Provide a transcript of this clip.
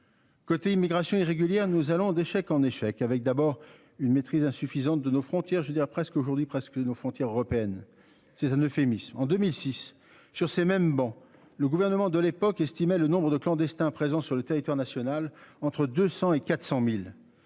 Côté immigration irrégulière. Nous allons d'échec en échec avec d'abord une maîtrise insuffisante de nos frontières. Je veux dire presque aujourd'hui presque nos frontières européennes, c'est un euphémisme en 2006 sur ces mêmes bancs. Le gouvernement de l'époque, estimait le nombre de clandestins présents sur le territoire national, entre 200 et 400.000